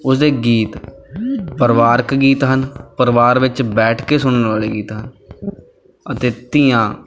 ਉਸਦੇ ਗੀਤ ਪਰਿਵਾਰਕ ਗੀਤ ਹਨ ਪਰਿਵਾਰ ਵਿੱਚ ਬੈਠ ਕੇ ਸੁਣਨ ਵਾਲੇ ਗੀਤ ਆ ਅਤੇ ਧੀਆਂ